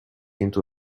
into